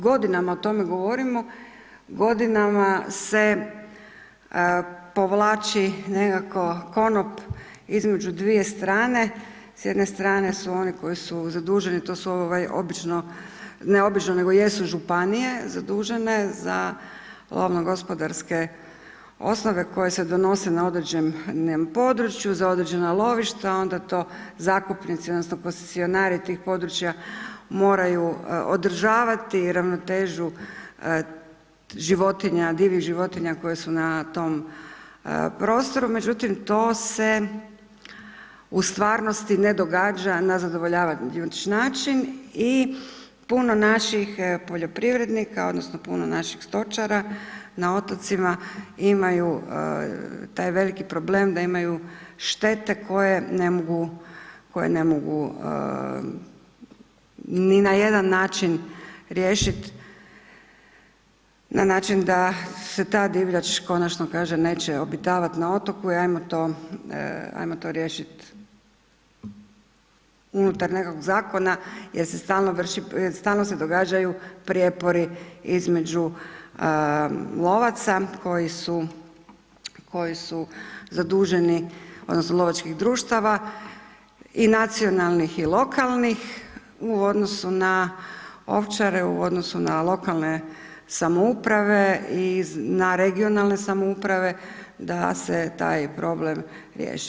Godinama o tome govorimo, godinama se povlači nekako konop između dvije strane, s jedne strane su oni koji su zaduženi to su ovaj obično, ne obično nego jesu županije zadužene za lovno gospodarske osnove koje se donose na određenom području za određena lovišta onda to zakupnici odnosno koncesionari tih područja moraju održavati ravnotežu životinja, divljih životinja koje su na tom prostoru, međutim to se u stvarnosti ne događa na zadovoljavajući način i puno naših poljoprivrednika odnosno puno naših stočara na otocima imaju taj veliki problem da imaju štete koje ne mogu, koje ne mogu ni na jedan način riješit, na način da se ta divljač konačno kaže neće obitavat na otoku i ajmo to, ajmo to riješit unutar nekog zakona jer se stalno vrši, stalno se događaju prijepori između lovaca koji su, koji su zaduženi odnosno lovačkih društava i nacionalnih i lokalnih u odnosu na ovčare u odnosu na lokalne samouprave i na regionalne samouprave da se taj problem riješi.